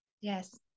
yes